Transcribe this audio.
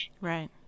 Right